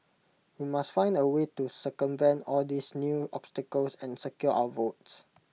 we must find A way to circumvent all these new obstacles and secure our votes